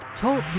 Talk